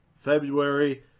February